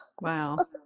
Wow